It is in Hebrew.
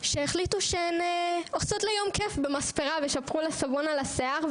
שהחליטו שהן עושות לה יום כיף במספרה ושפכו לה סבון על השיער,